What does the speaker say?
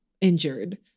injured